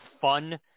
fun